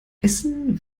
essen